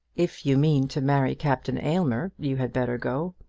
if you mean to marry captain aylmer, you had better go.